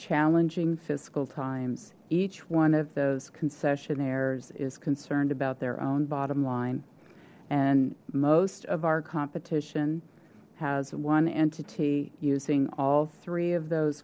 challenging fiscal times each one of those concessionaires is concerned about their own bottom line and most of our competition has one and using all three of those